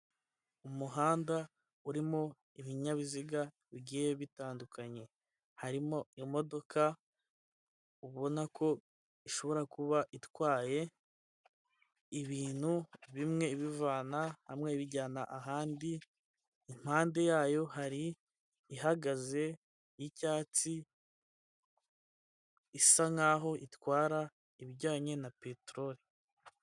Umuhanda urimo ibinyabiziga bigiye bitandukanye harimo imodoka ubona ko ishobora kuba itwaye ibintu bimwe bivana hamwe bijyana ahandi ,impande yayo hari ihagaze y'icyatsi isa nkaho itwara ibijyanye na peteroli.